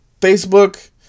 Facebook